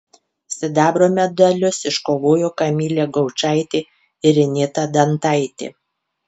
sidabro medalius iškovojo kamilė gaučaitė ir ineta dantaitė